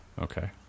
Okay